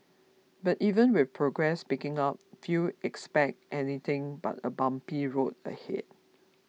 but even with progress picking up few expect anything but a bumpy road ahead